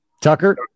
Tucker